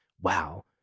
wow